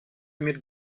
mit